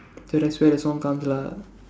so that's where the song comes lah